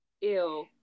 Ew